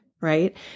right